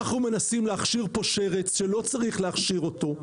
משפט סיום: אנחנו מנסים להכשיר פה שרץ שלא צריך להכשיר אותו,